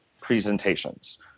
presentations